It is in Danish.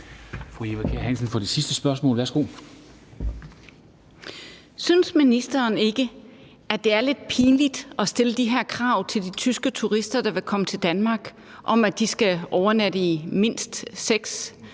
Fru Eva Kjer Hansen for det sidste spørgsmål. Værsgo. Kl. 13:50 Eva Kjer Hansen (V): Synes ministeren ikke, at det er lidt pinligt at stille de her krav til de tyske turister, der vil komme til Danmark, om at de skal overnatte i mindst seks